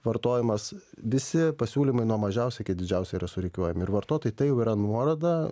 vartojimas visi pasiūlymai nuo mažiausio iki didžiausio yra surikiuojami ir vartotojui tai jau yra nuoroda